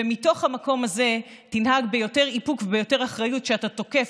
ומתוך המקום הזה תנהג ביותר איפוק וביותר אחריות כשאתה תוקף,